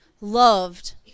loved